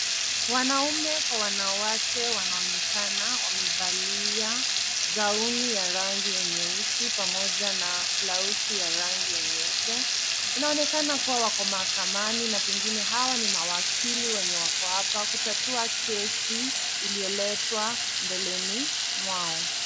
Wanaume kwa wanawake wanaonekana wamevalia gauni ya rangi ya nyeusi pamoja na blausi ya rangi ya nyeupe. Inaonekana kuwa wako mahakamani na pengine hawa ni mawakili wenye wako hapa kutatua kesi iliyoletwa mbeleni mwao.